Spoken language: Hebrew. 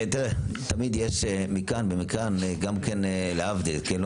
תראה, תמיד יש מכאן ומכאן גם כן להבדיל, כן?